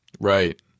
Right